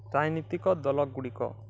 ରାଜନୈତିକ ଦଳଗୁଡ଼ିକ